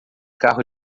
carro